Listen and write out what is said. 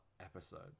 episodes